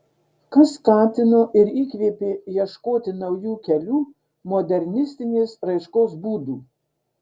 kas skatino ir įkvėpė ieškoti naujų kelių modernistinės raiškos būdų